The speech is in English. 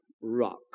rock